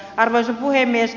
arvoisa puhemies